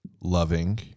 loving